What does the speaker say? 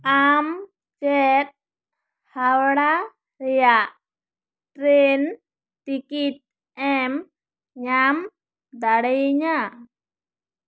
ᱟᱢ ᱪᱮᱫ ᱦᱟᱣᱲᱟ ᱨᱮᱭᱟᱜ ᱴᱨᱮᱱ ᱴᱤᱠᱤᱴ ᱮᱢ ᱧᱟᱢ ᱫᱟᱲᱮᱭᱟᱹᱧᱟᱹ